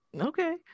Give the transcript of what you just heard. okay